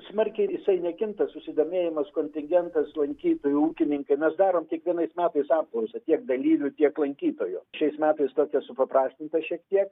smarkiai jisai nekinta susidomėjimas kontingentas lankytojų ūkininkai mes darom kiekvienais metais apklausą tiek dalyvių tiek lankytojų šiais metais tokią supaprastintą šiek tiek